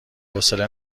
حوصله